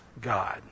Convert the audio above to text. God